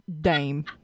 Dame